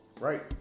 Right